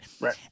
Right